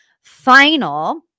final